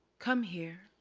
come here